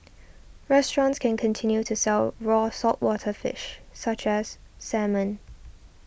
restaurants can continue to sell raw saltwater fish such as salmon